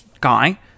guy